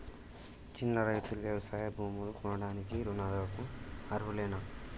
చిన్న రైతులు వ్యవసాయ భూములు కొనడానికి రుణాలకు అర్హులేనా?